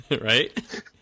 right